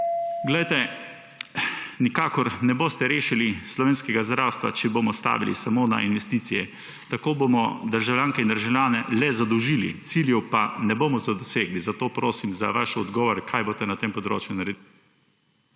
inštitutu. Nikakor ne boste rešili slovenskega zdravstva, če bomo stavili samo na investicije. Tako bomo državljanke in državljane le zadolžili, ciljev pa ne bomo dosegli. Zato prosim za vaše odgovore: Kaj boste na tem področju naredili